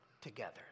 together